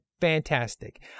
Fantastic